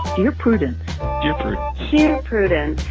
your prudent effort here, prudence,